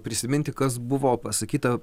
prisiminti kas buvo pasakyta